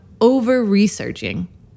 over-researching